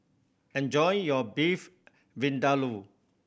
enjoy your Beef Vindaloo